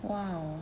!wow!